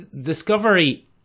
Discovery